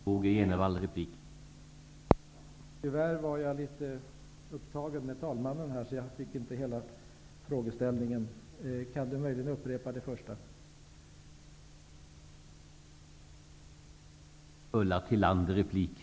Herr talman! Tyvärr var jag upptagen med talmannen, så jag fick inte hela frågeställningen klar för mig. Kan Ulla Tillander möjligen upprepa det hon sade?